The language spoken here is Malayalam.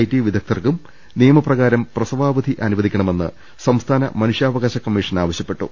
ടി വിദഗ്ദ്ധർക്കും നിയമപ്രകാരം പ്രസവാവധി അനുവ ദിക്കണമെന്ന് സംസ്ഥാന മനുഷ്യാവകാശ കമ്മീഷൻ ആവശ്യപ്പെട്ടു